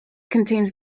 contains